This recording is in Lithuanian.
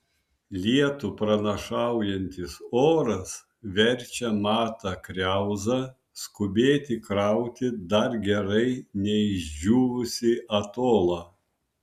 lietų pranašaujantis oras verčia matą kriauzą skubėti krauti dar gerai neišdžiūvusį atolą